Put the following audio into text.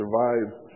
survived